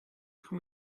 can